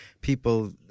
people